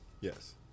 Yes